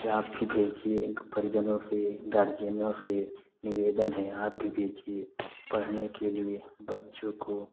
क्या आप भी भेजिए एक परिजनों से गार्जियनों से निवेदन है आप भी भेजिए पढ़ने के लिए बच्चों को